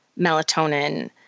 melatonin